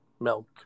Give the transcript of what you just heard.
milk